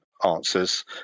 answers